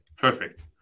Perfect